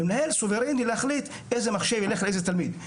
ומנהל סוברני להחליט איזה מחשב ילך לאיזה תלמיד.